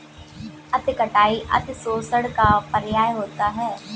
अति कटाई अतिशोषण का पर्याय होता है